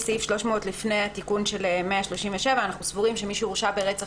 סעיף 300 לפני התיקון של 137. אנחנו סבורים שמי שהורשע ברצח